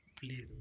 Please